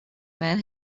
man